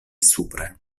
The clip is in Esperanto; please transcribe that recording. supre